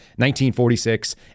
1946